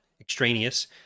extraneous